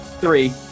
Three